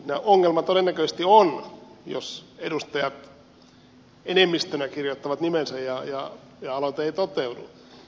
siis ongelma todennäköisesti on jos edustajat enemmistönä kirjoittavat nimensä ja aloite ei toteudu